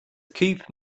keith